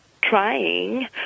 trying –